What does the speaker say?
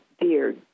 dear